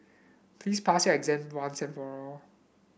please pass your exam once and for all